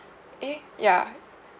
eh ya